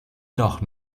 doch